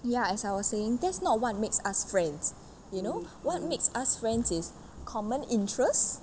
ya as I was saying that's not what makes us friends you know what makes us friends is common interest